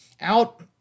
out